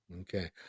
Okay